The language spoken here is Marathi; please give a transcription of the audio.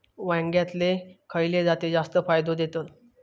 वांग्यातले खयले जाती जास्त फायदो देतत?